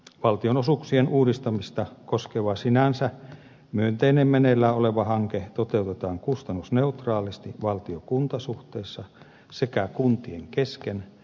valtionosuuksien uudistamista koskeva sinänsä myönteinen meneillään oleva hanke toteutetaan kustannusneutraalisti valtiokunta suhteessa sekä kuntien kesken